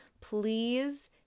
please